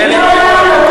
מעולם לא.